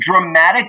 dramatic